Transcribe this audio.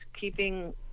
keeping